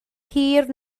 hir